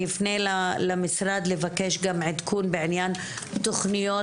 אני אפנה למשרד לבקש גם עדכון בעניין תכניות